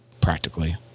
Practically